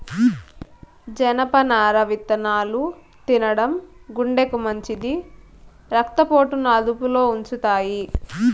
జనపనార విత్తనాలు తినడం గుండెకు మంచిది, రక్త పోటును అదుపులో ఉంచుతాయి